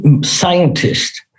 scientists